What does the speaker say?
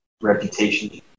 reputation